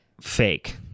fake